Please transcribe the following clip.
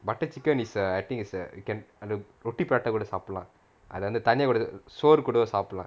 butter chicken is a I think is a you can அந்த ரொட்டி:antha roti prata கூட சாப்பிடலாம் அதவந்து சோறு கூட சாப்பிடலாம்:kuda saapidalaam athavanthu soru kooda saapidalaam